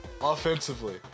offensively